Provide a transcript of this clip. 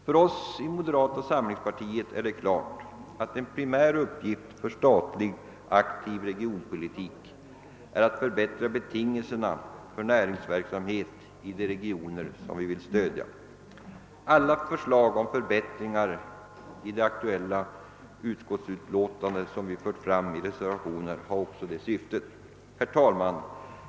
För oss i moderata samlingspartiet står det klart att en primär uppgift för statlig aktiv regionpolitik är att förbättra betingelserna för näringsverksamhet i de regioner som man vill stödja. Alla förslag om förbättringar som vi för fram i reservationer till utlåtanden i anledning av regeringens lokaliseringspaket har också detta syfte. Herr talman!